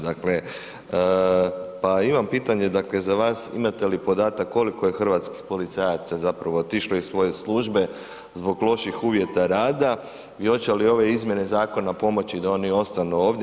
Dakle, pa imam pitanje, dakle, za vas, imate li podatak koliko je hrvatskih policajaca zapravo otišlo iz svoje službe zbog loših uvjeta rada i hoće li ove izmjene zakona pomoći da oni ostanu ovdje?